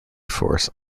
force